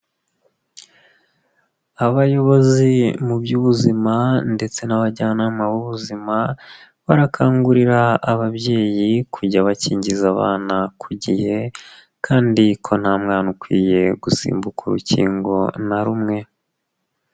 Abayobozi mu by'ubuzima ndetse n'abajyanama b'ubuzima, barakangurira ababyeyi kujya bakingiza abana ku gihe kandi ko nta mwana ukwiye gusimbuka urukingo na rumwe.